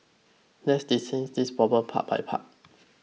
let's dissect this problem part by part